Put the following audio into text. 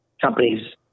companies